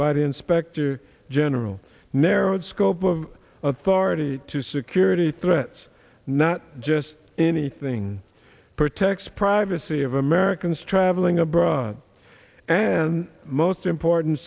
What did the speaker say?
the inspector general narrowed scope of authority to security threats not just anything protect privacy of americans traveling abroad and most important